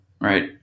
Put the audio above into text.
right